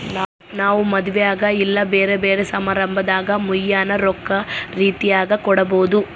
ನಾವು ಮದುವೆಗ ಇಲ್ಲ ಬ್ಯೆರೆ ಬ್ಯೆರೆ ಸಮಾರಂಭದಾಗ ಮುಯ್ಯಿನ ರೊಕ್ಕ ರೀತೆಗ ಕೊಡಬೊದು